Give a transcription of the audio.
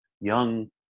young